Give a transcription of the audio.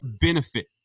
benefit